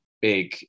big